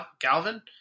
Galvin